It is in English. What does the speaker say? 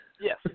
Yes